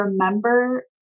remember